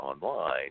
online